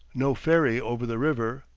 no ferry over the river,